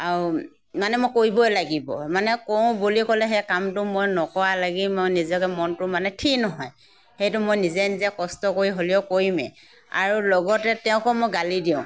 আৰু মানে মই কৰিবই লাগিব মানে কৰোঁ বুলি ক'লে সেই কামটো মই নকৰালৈকে মোৰ নিজকে মনটো নিজকে মানে থিৰ নহয় সেইটো মই নিজে নিজে কষ্ট কৰি হ'লেও কৰিমেই আৰু লগতে তেওঁকো মই গালি দিওঁ